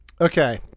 Okay